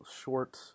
short